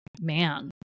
Man